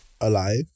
alive